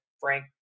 Frank